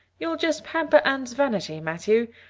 you'll just pamper anne's vanity, matthew,